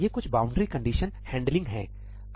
तो ये कुछ बाउंड्री कंडीशन हैंडलिंग हैं